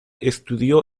estudió